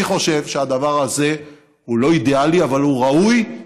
אני חושב שהדבר הזה הוא לא אידיאלי אבל הוא ראוי,